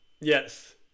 yes